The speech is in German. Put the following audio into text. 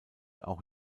auch